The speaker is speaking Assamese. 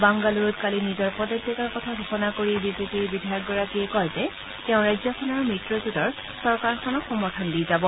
বাংগালুৰুত কালি নিজৰ পদত্যাগৰ কথা ঘোষণা কৰি বিজেপিৰ বিধায়কগৰাকীয়ে কয় যে তেওঁ ৰাজ্যখনৰ মিত্ৰজোঁটৰ চৰকাৰখনক সমৰ্থন দি যাব